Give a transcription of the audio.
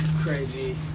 crazy